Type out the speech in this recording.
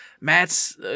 Matt's